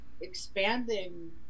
expanding